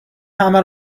همه